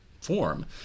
form